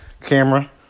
camera